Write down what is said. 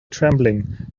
trembling